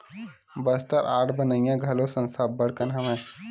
Bastar art बनइया घलो संस्था अब्बड़ कन हवय